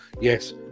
Yes